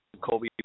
Kobe